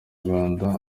rwanda